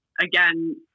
again